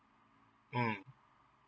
mm